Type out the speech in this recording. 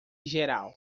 geral